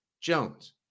Jones